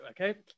okay